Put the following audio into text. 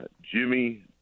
Jimmy